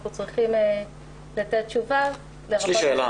אנחנו צריכים לתת תשובה --- יש לי שאלה.